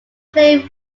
playing